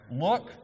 look